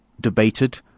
debated